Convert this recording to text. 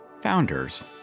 founders